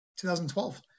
2012